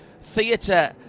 theatre